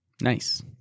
Nice